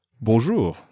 Bonjour